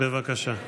בבקשה.